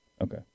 Okay